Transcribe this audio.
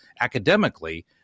academically